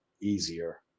easier